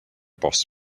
boss